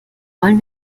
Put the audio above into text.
wollen